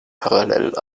parallel